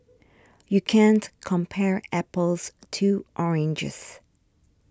you can't compare apples to oranges